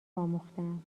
آموختهام